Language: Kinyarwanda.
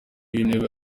w’intebe